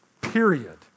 Period